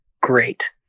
Great